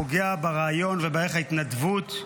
פוגע ברעיון ובערך ההתנדבות,